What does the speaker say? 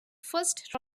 first